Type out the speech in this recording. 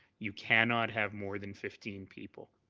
you cannot have more than fifteen people.